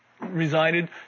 resided